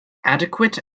adequate